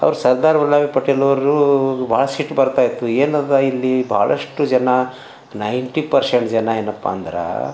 ಅವ್ರು ಸರ್ದಾರ್ ವಲ್ಲಭಬಾಯ್ ಪಟೇಲ್ ಅವ್ರು ಬಹಳ ಸಿಟ್ಟು ಬರ್ತಾಯಿತ್ತು ಏನು ಅದ ಇಲ್ಲಿ ಬಹಳಷ್ಟು ಜನ ನೈಂಟಿ ಪರ್ಶಂಟ್ ಜನ ಏನಪ್ಪಾ ಅಂದ್ರೆ